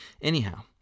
Anyhow